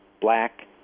black